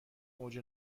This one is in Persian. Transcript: اوج